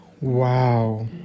Wow